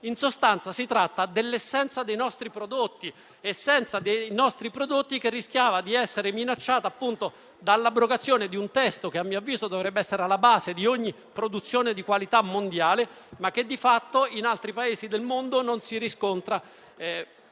In sostanza, si tratta dell'essenza dei nostri prodotti che rischiava di essere minacciata - appunto - dall'abrogazione di un testo che, a mio avviso, dovrebbe essere alla base di ogni produzione di qualità mondiale, ma che di fatto in altri Paesi del mondo non si riscontra,